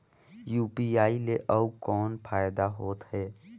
UPI ले अउ कौन फायदा होथ है?